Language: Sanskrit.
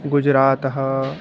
गुजरातः